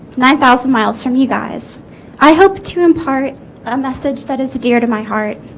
nine thousand miles from you guys i hope to impart a message that is dear to my heart